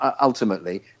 ultimately